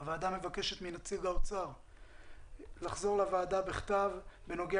הוועדה מבקשת מנציג האוצר לחזור לוועדה בכתב בנוגע